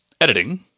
editing